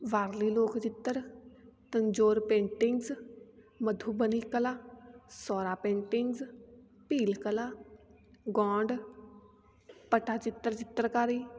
ਬਾਹਰਲੀ ਲੋਕ ਚਿੱਤਰ ਤੰਜੋਰ ਪੇਂਟਿੰਗਸ ਮਧੂਬਨੀ ਕਲਾ ਸਾਹੋਰਾ ਪੇਂਟਿੰਗਸ ਭੀਲ ਕਲਾ ਗੋਂਡ ਪਟਾ ਚਿੱਤਰ ਚਿੱਤਰਕਾਰੀ